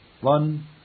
One